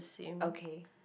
okay